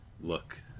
look